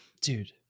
Dude